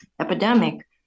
epidemic